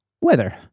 weather